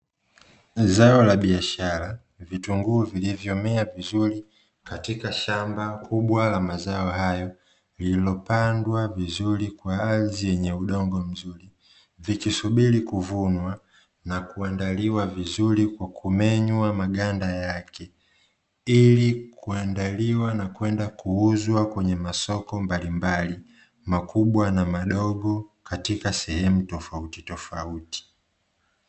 Zao la biashara cha vitunguu vilivyomea vizuri katika shamba kubwa la mazao hayo lililopandwa vizuri kwa ardhi yenye udongo mzuri, zikisubiri kuvunwa na kuandaliwa vizuri kwa kumenywa maganda yake ili kuandaliwa na kwenda kuuzwa kwenye masoko mbalimbali makubwa na madogo katika sehemu tofauti tofauti.